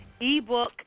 ebook